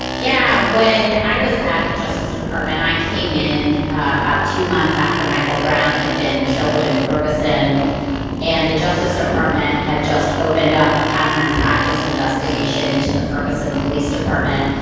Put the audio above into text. yeah. when i was at the justice department, i came in about two months after michael brown had been killed in ferguson and the justice department had just opened up a pattern and practice investigation into the ferguson police department.